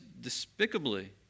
despicably